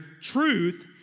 truth